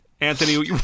Anthony